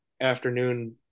afternoon